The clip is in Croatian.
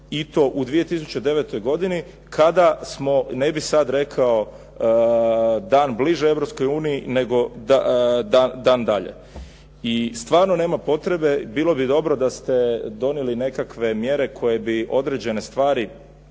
i to u 2009. godini kada smo, ne bih sad rekao dan bliže Europskoj uniji, nego dan dalje. I stvarno nema potrebe, bilo bi dobro da ste donijeli nekakve mjere koje bi određene stvari